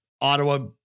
Ottawa